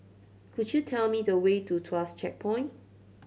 could you tell me the way to Tuas Checkpoint